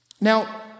Now